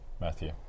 Matthew